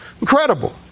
Incredible